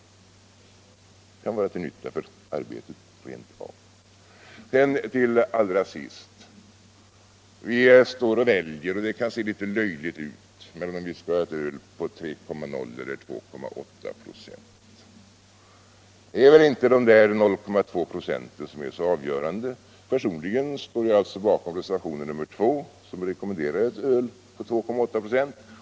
Det kan rent av vara till nytta för arbetet. Det kan se litet löjligt ut att vi här står och väljer mellan ett öl med 3,0 eller 2,8 96 alkoholhalt. Det är väl inte dessa 0,2 96 som är så av görande. Personligen står jag alltså bakom reservationen 2, som rekommenderar ett öl på 2,8 viktprocent.